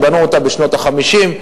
שקנו אותה בשנות ה-50.